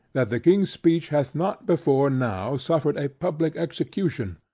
that the king's speech, hath not, before now, suffered a public execution.